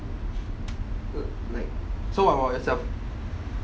uh like so I was se~